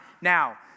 now